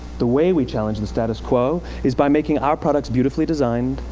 the way we challenge the status quo is by making our products beautifully designed,